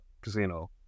casino